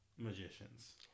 Magicians